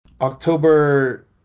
October